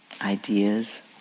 ideas